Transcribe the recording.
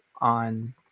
on